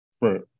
Right